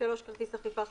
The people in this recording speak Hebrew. כרטיס אכיפה,